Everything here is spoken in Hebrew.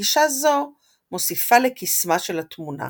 וגישה זו מוסיפה לקסמה של התמונה.